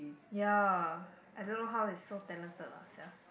ya I don't know how it so talented lah sia